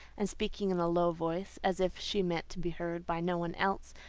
and speaking in a low voice as if she meant to be heard by no one else,